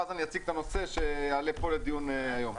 ואז אני אציג את הנושא שיעלה פה לדיון היום.